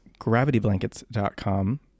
gravityblankets.com